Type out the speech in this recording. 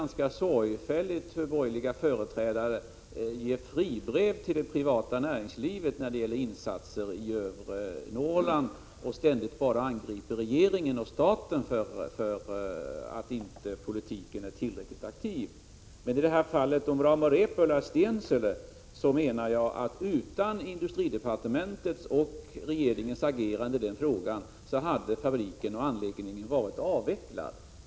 Borgerliga företrädare brukar sorgfälligt ge fribrev till det privata näringslivet när det gäller insatser i övre Norrland och angriper ständigt bara regeringen och staten för att politiken inte är tillräckligt aktiv. När det gäller Rauma Repola i Stensele menar jag att utan industridepartementets och regeringens agerande i den frågan hade anläggningen nu varit avvecklad.